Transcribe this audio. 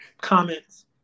comments